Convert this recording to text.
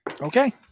Okay